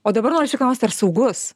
o dabar norisi klausti ar saugus